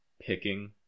picking